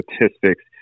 statistics